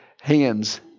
Hands